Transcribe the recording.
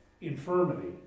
infirmity